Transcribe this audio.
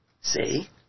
See